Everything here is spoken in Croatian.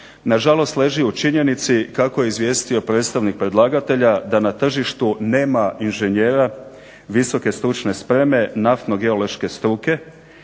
na žalost leži u činjenici kako je izvijestio predstavnik predlagatelja da na tržištu nema inženjera visoke stručne spreme naftno-geološke struke